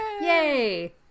Yay